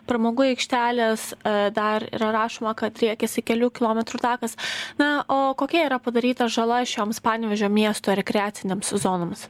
pramogų aikštelės yra ir rašoma kad driekiasi kelių kilometrų takas na o kokia yra padaryta žala šioms panevėžio miesto rekreacinėms zonoms